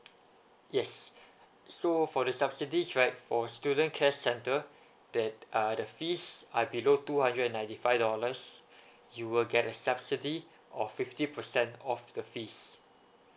yes so for the subsidies right for a student care center that uh the fees are below two hundred and ninety five dollars you will get a subsidy of fifty percent off the fees